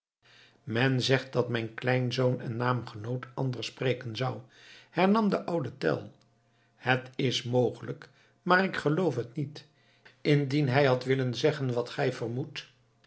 men zegt dat mijn kleinzoon en naamgenoot anders spreken zou hernam de oude tell het is mogelijk maar ik geloof het niet indien hij had willen zeggen wat gij